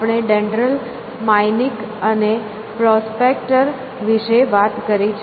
આપણે Dendral MYCIN અને Prospector વિશે વાત કરી છે